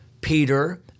Peter